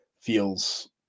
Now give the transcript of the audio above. feels